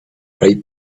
right